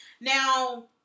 Now